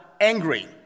angry